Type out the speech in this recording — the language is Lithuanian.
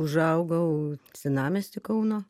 užaugau senamiesty kauno